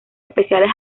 especiales